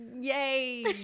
Yay